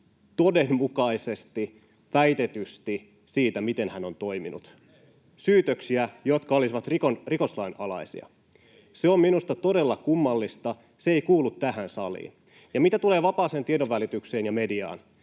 todenmukaisesti väitetysti siitä, miten hän on toiminut, syytöksiä, jotka olisivat rikoslain alaisia. Se on minusta todella kummallista, se ei kuulu tähän saliin. Mitä tulee vapaaseen tiedonvälitykseen ja mediaan,